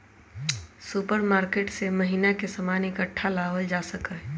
supermarket से महीना के सामान इकट्ठा लावल जा सका हई